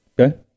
Okay